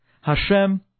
Hashem